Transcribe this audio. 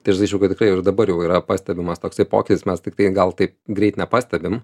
tai aš sakyčiau kad ir dabar jau yra pastebimas toksai pokytis mes tiktai gal taip greit nepastebim